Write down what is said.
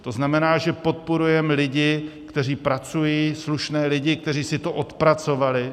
To znamená, že podporujeme lidi, kteří pracují, slušné lidi, kteří si to odpracovali.